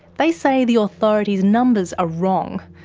they say the authority's numbers are wrong.